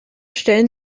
stellen